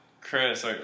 Chris